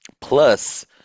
Plus